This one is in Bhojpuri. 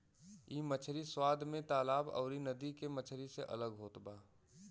इ मछरी स्वाद में तालाब अउरी नदी के मछरी से अलग होत बा